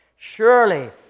Surely